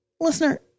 Listener